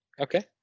Okay